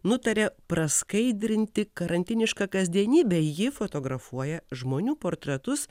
nutarė praskaidrinti karantinišką kasdienybę ji fotografuoja žmonių portretus